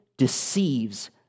Deceives